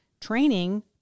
training